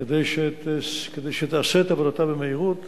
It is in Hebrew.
כדי שתעשה את עבודתה במהירות.